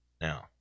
Now